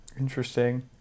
interesting